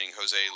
Jose